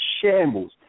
shambles